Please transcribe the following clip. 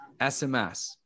SMS